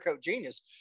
genius